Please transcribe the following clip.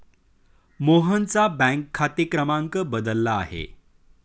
मोहनचा बँक खाते क्रमांक बदलला आहे